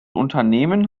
unternehmen